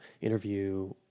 interview